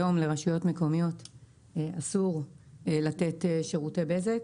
היום לרשויות מקומיות אסור לתת שירותי בזק.